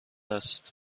است